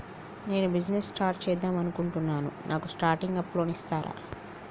నేను business start చేద్దామనుకుంటున్నాను నాకు స్టార్టింగ్ అప్ లోన్ ఇస్తారా?